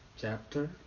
Chapter